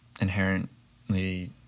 inherently